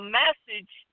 message